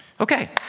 Okay